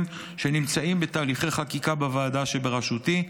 שנמצאים בתהליכי חקיקה בוועדה שבראשותי,